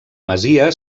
masia